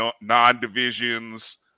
non-divisions